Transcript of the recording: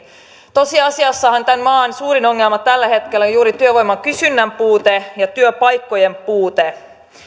tosiasiassahan tämän maan suurin ongelma tällä hetkellä on juuri työvoiman kysynnän puute ja työpaikkojen puute